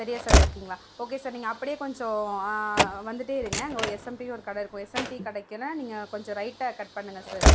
பெரியார் சாலைல இருக்கீங்களா okay sir நீங்கள் அப்படே கொஞ்சம் வந்துகிட்டே இருங்க அங்கே ஒரு எஸ்எம்டின்னு ஒரு கடை இருக்கும் எஸ்எம்டி கடைக்கெனா நீங்கள் கொஞ்சம் ரைட்டாக கட் பண்ணுங்க சார்